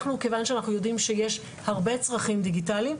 אנחנו יודעים שיש הרבה צרכים דיגיטליים.